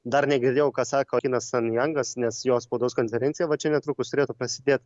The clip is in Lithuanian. dar negirdėjau ką sako kinas san jangas nes jo spaudos konferencija va čia netrukus turėtų prasidėt